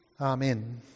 Amen